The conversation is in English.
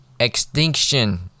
Extinction